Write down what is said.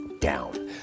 down